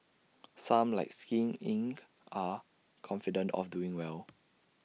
some like skin Inc are confident of doing well